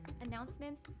announcements